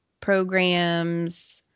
programs